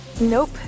Nope